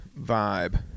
vibe